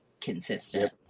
consistent